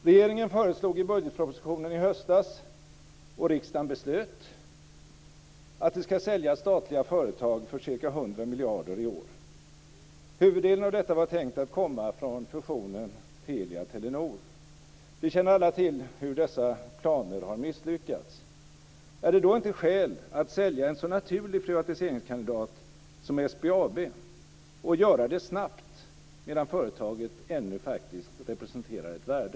Regeringen föreslog i budgetpropositionen i höstas, och riksdagen beslöt, att det ska säljas statliga företag för ca 100 miljarder kronor i år. Huvuddelen av detta var tänkt att komma från fusionen av Telia och Telenor. Vi känner alla till hur dessa planer har misslyckats. Är det då inte skäl att sälja en så naturlig privatiseringskandidat som SBAB och att göra det snabbt medan företaget ännu faktiskt representerar ett värde?